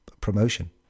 promotion